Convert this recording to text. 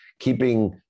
keeping